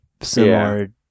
similar